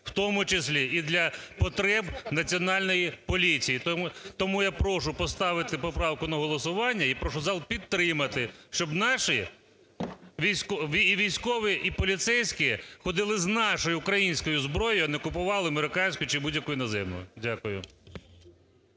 в тому числі і для потреб Національної поліції. Тому я прошу поставити поправку на голосування і прошу зал підтримати, щоб наші військові і поліцейські ходили з нашою українською зброєю, а не купували американську чи будь-яку іноземну. Дякую.